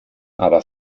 aber